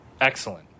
Excellent